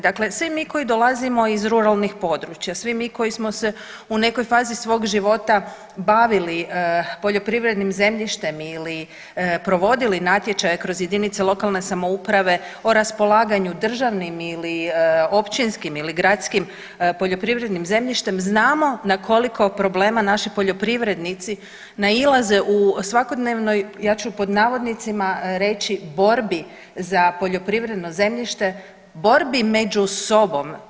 Dakle svi mi koji dolazimo iz ruralnih područja, svi mi koji smo se u nekoj fazi svog života bavili poljoprivrednim zemljištem ili provodili natječaje kroz jedinice lokalne samouprave o raspolaganju državnim, ili općinskim ili gradskim poljoprivrednim zemljištem znamo na koliko problema naši poljoprivrednici nailaze u svakodnevnoj ja ću pod navodnicima reći borbi za poljoprivredno zemljište, borbi među sobom.